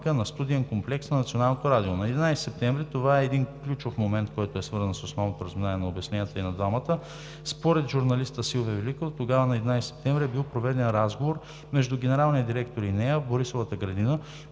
на студиен комплекс на Националното радио. На 11 септември – това е един ключов момент, който е свързан с основното разминаване на обясненията и на двамата, според журналиста госпожа Силвия Великова, тогава на 11 септември е бил проведен разговор между генералния директор и нея в Борисовата градина